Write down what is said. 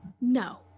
No